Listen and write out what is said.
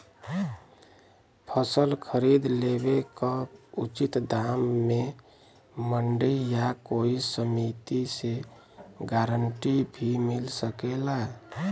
फसल खरीद लेवे क उचित दाम में मंडी या कोई समिति से गारंटी भी मिल सकेला?